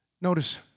Notice